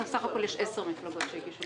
בסך הכול יש עשר מפלגות שהגישו.